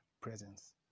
presence